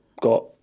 got